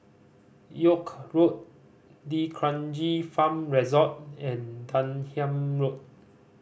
York Road D'Kranji Farm Resort and Denham Road